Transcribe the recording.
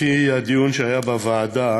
לפי הדיון שהיה בוועדה,